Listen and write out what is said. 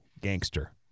gangster